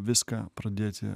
viską pradėti